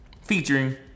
featuring